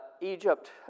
Egypt